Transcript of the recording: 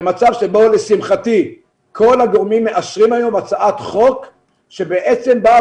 במצב שבו לשמחתי כל הגורמים מאשרים היום הצעת חוק שבעצם באה